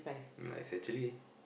ya it's actually